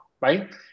right